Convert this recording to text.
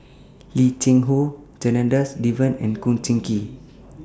Lim Cheng Hoe Janadas Devan and Kum Chee Kin